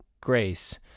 grace